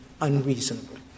unreasonable